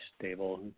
stable